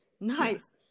Nice